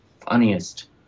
funniest